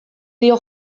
dio